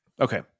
Okay